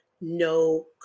no